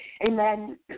Amen